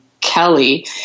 Kelly